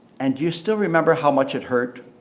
and do you still remember how much it hurt?